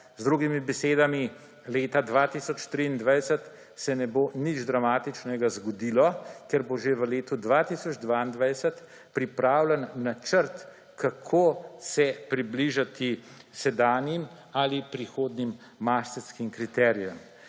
Z drugimi besedami, leta 2023 se ne bo nič dramatičnega zgodilo, ker bo že v letu 2022 pripravljen načrt, kako se približati sedanjim ali prihodnjim Maastrichtskim kriterijem.